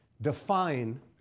define